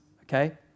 Okay